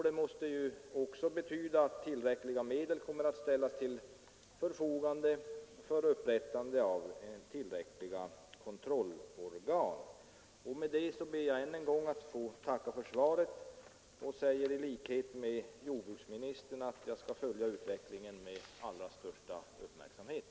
Det måste ju också betyda att erforderliga medel kommer att ställas till förfogande för upprättande av tillräckliga kontrollorgan. Med detta ber jag än en gång att få tacka för svaret och säger i likhet med jordbruksministern att jag skall följa utvecklingen med allra största uppmärksamhet.